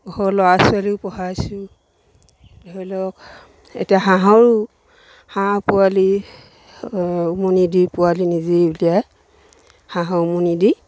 ঘৰৰ ল'ৰা ছোৱালীও পঢ়াইছোঁ ধৰি লওক এতিয়া হাঁহৰো হাঁহ পোৱালি উমনি দি পোৱালি নিজেই উলিয়াই হাঁহৰ উমনি দি